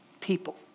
people